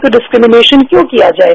तो बिफ्किमिनेशन क्यों किया जाये